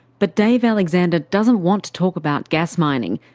but dave alexander doesn't want to talk about gas mining,